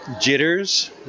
jitters